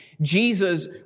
Jesus